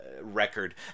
record